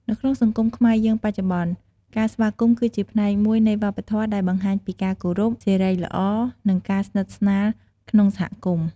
នៅក្នុងសង្គមខ្មែរយើងបច្ចុប្បន្នការស្វាគមន៍គឺជាផ្នែកមួយនៃវប្បធម៌ដែលបង្ហាញពីការគោរព សិរីល្អ និងការស្និទ្ធស្នាលក្នុងសហគមន៍។